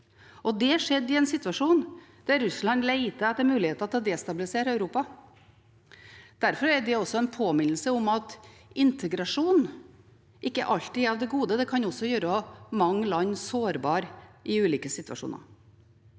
det skjedde i en situasjon der Russland lette etter muligheter til å destabilisere Europa. Derfor er det også en påminnelse om at integrasjon ikke alltid er av det gode, det kan også gjøre mange land sårbare i ulike situasjoner.